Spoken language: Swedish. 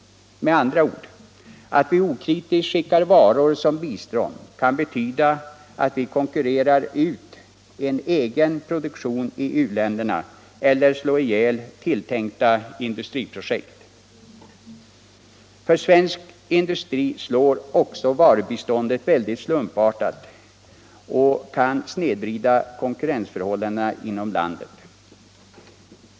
Med andra ord: Att vi okritiskt skickar varor som bistånd kan betyda att vi konkurrerar ut en egen produktion i u-länderna eller slår ihjäl tilltänkta industriprojekt. För svensk industri slår också varubiståndet väldigt slumpartat och kan snedvrida konkurrensförhållandena inom landet.